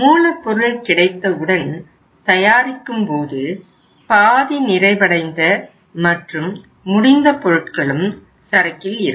மூலப்பொருள் கிடைத்தவுடன் தயாரிக்கும்போது பாதி நிறைவடைந்த மற்றும் முடிந்த பொருட்களும் சரக்கில் இருக்கும்